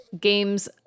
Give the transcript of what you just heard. games